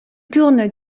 tourne